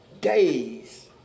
days